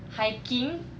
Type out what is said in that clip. hiking